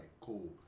cool